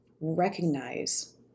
recognize